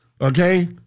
Okay